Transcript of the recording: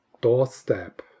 doorstep